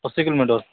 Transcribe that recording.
ଅଶୀ କିଲୋମିଟର୍